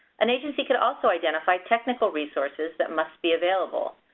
an agency could also identify technical resources that must be available,